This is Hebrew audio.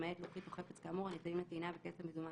למעט לוחית או חפץ כאמור הניתנים לטעינה בכסף מזומן